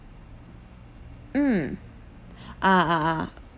mm ah ah ah